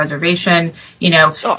reservation you know